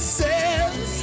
says